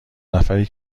نفری